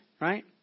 right